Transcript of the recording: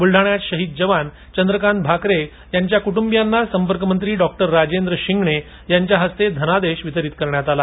बुलडाण्यात शहीद जवान चंद्रकांत भाकरे यांच्या कुटूंबीयांना संपर्कमंत्री डॉक्टर राजेंद्र शिंगणे यांच्या हस्ते धनादेश वितरीत करण्यात आला